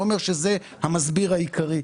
שאני לא אומר שזה המסביר העיקרי,